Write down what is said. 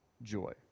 joy